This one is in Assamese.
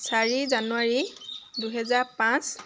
চাৰি জানুৱাৰী দুহেজাৰ পাঁচ